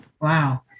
Wow